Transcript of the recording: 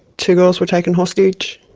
two girls were taken hostage,